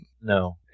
no